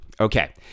Okay